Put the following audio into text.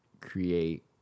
create